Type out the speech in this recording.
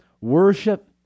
worship